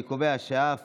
אני קובע שאף